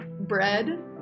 bread